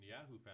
Yahoo